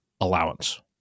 allowance